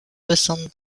soixante